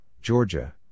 Georgia